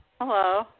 Hello